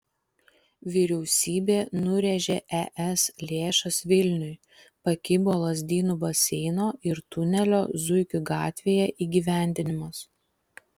vyriausybė nurėžė es lėšas vilniui pakibo lazdynų baseino ir tunelio zuikių gatvėje įgyvendinimas